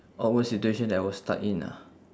awkward situation that I was stuck in ah